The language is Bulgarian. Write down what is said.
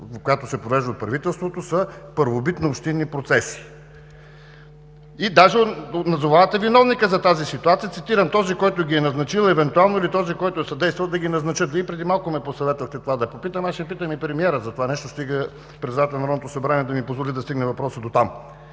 която се провежда от правителството, са първобитнообщинните процеси. И даже назовавате виновника за тази ситуация, цитирам: „Този, който ги е назначил евентуално, или този, който е съдействал да ги назначат“. Вие преди малко ме посъветвахте това да попитам, аз ще питам и премиера за това нещо, стига председателят на Народното събрание да ми позволи да стигне въпросът до там.